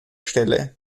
stelle